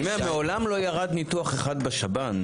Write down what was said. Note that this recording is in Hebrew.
מעולם לא ירד ניתוח אחד בשב"ן.